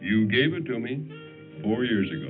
you gave it to me over years ago